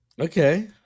Okay